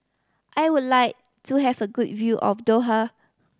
I would like to have a good view of Doha